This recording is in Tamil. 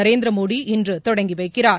நரேந்திர மோடி இன்று தொடங்கி வைக்கிறார்